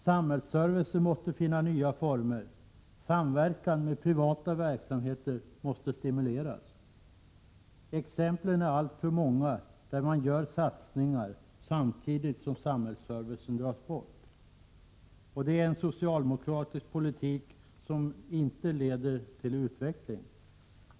Samhällsservicen måste finna nya former. Samverkan med privata verksamheter måste stimuleras. Det finns alltför många exempel på att man gör satsningar samtidigt som samhällsservicen dras in. Det är en socialdemokratisk politik som inte leder till utveckling.